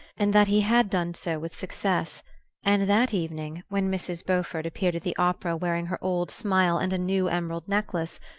and that he had done so with success and that evening, when mrs. beaufort appeared at the opera wearing her old smile and a new emerald necklace,